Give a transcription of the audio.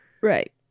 right